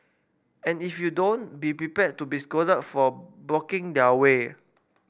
and if you don't be prepared to be scolded for blocking their way